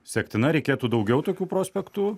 sektina reikėtų daugiau tokių prospektų